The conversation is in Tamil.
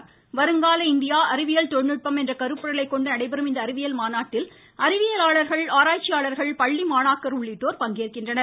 வருங்கால இந்தியா அறிவியல் தொழில்நுட்பம் என்ற கருப்பொருளை கொண்டு நடைபெறும் இந்த அறிவியல் மாநாட்டில் அறிவியலாளர்கள் ஆராய்ச்சியாளர்கள் பள்ளி மாணாக்கர் உள்ளிட்டோர் பங்கேற்கின்றனர்